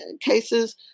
cases